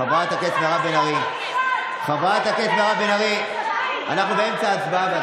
חברת הכנסת מירב בן ארי, אנחנו באמצע הצבעה.